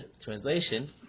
translation